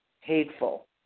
hateful